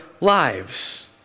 lives